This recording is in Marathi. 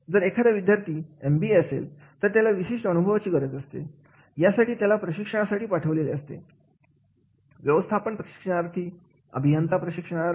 जर एखादा विद्यार्थी एम बी ए असेल तरत्याला विशिष्ट अनुभवाची गरज असते यासाठी त्याला प्रशिक्षणामध्ये पाठवलेले असते व्यवस्थापन प्रशिक्षणार्थी अभियंता प्रशिक्षणार्थी